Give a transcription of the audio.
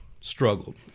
struggled